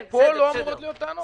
פה לא אמורות להיות טענות.